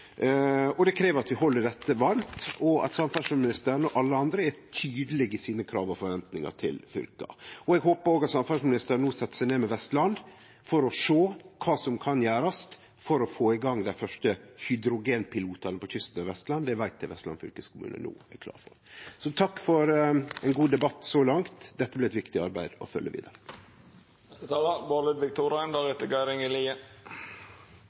og rammevilkår. Det krev at vi held dette varmt, og at samferdselsministeren og alle andre er tydelege i sine krav og forventingar til fylka. Eg håpar òg at samferdselsministeren no set seg ned med Vestland for å sjå kva som kan gjerast for å få i gang dei første hydrogenpilotane på kysten av Vestland. Det veit eg Vestland fylkeskommune no er klar for. Takk for ein god debatt så langt. Dette blir eit viktig arbeid å